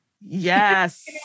Yes